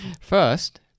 First